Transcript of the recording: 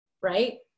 right